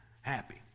happy